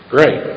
Great